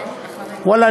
ואללה,